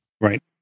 Right